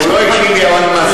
הוא לא הקשיב לי, אבל מזל,